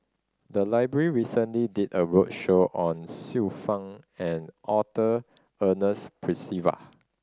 the library recently did a roadshow on Xiu Fang and Arthur Ernest Percival